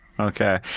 Okay